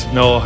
no